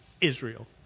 Israel